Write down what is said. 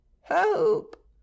help